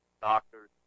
doctors